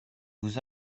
vous